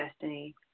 destiny